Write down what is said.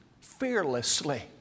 fearlessly